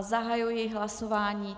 Zahajuji hlasování.